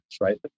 right